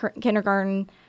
kindergarten